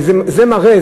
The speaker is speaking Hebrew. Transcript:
זה רק מראה,